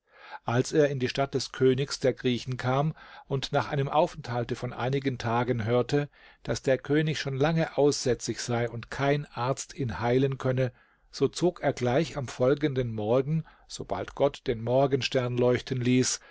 als er in die stadt des königs der griechen kam und nach einem aufenthalte von einigen tagen hörte daß der könig schon lange aussätzig sei und kein arzt ihn heilen könne so zog er gleich am folgenden morgen sobald gott den morgenstern leuchten ließ